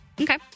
Okay